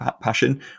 passion